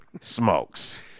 smokes